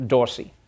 Dorsey